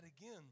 again